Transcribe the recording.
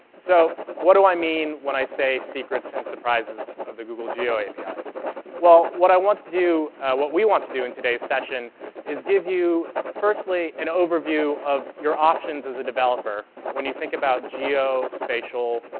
so what do i mean when i say secrets and surprises of the google geo apis? well, what i want to do what we want to do in today's session is give you, firstly, an overview of your options as a developer when you think about geo, spatial,